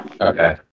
Okay